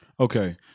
Okay